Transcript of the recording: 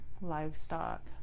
livestock